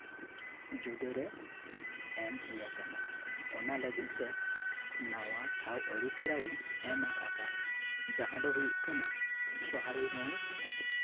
ᱡᱩᱫᱟᱹ ᱨᱮ ᱮᱢ ᱦᱩᱭᱟᱠᱟᱱᱟ ᱚᱱᱟ ᱞᱟᱹᱜᱤᱫ ᱛᱮ ᱱᱟᱣᱟ ᱴᱷᱟᱶ ᱟᱨᱩᱯᱷᱮᱨᱟᱣᱤᱧ ᱮᱢ ᱟᱠᱟ ᱡᱟᱦᱟᱸ ᱫᱚ ᱦᱩᱭᱩᱜ ᱠᱟᱱᱟ ᱥᱚᱦᱟᱨᱚᱭ ᱢᱳᱲ